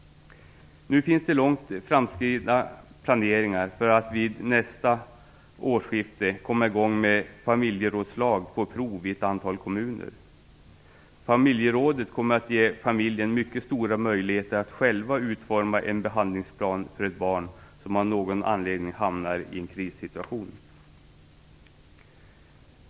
Nu finns det långt framskridna planer för att man i slutet av nästa år skall komma i gång med familjerådslag på prov i ett antal kommuner. Familjerådet kommer att ge familjen mycket stora möjligheter att själv utforma en behandlingsplan för ett barn som av någon anledning hamnar i en krissituation.